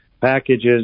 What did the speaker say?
packages